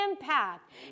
impact